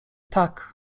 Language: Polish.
tak